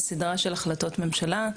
סדרה של החלטות ממשלה,